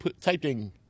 Typing